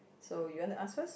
so you want to ask first